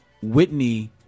Whitney